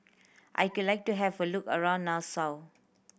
I could like to have a look around Nassau